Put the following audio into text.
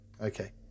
Okay